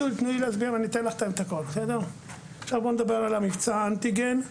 עכשיו בואו נדבר על מבצע האנטיגן.